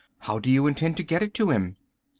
how do you intend to get it to him?